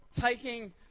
taking